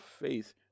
faith